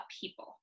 people